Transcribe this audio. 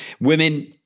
women